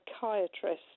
psychiatrist